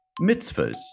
Mitzvahs